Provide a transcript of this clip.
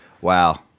Wow